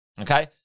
okay